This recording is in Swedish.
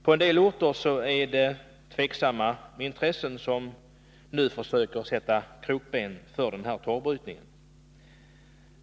På en del orter är det tvivelaktiga intressen som nu försöker sätta krokben för denna torvbrytning.